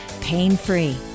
pain-free